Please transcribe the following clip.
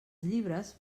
llibres